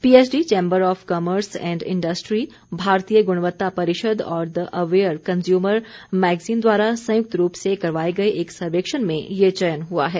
PhD Chamber of Commerce and Industry भारतीय गुणवत्ता परिषद और द अवेयर कन्जयूमर मैगजीन द्वारा संयुक्त रूप से करवाए गए एक सर्वेक्षण में ये चयन हुआ है